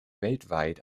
weltweit